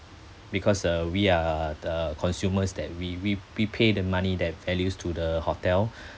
because uh we are the consumers that we we we pay the money that values to the hotel